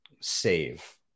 save